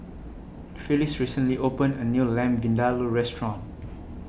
Phylis recently opened A New Lamb Vindaloo Restaurant